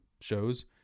shows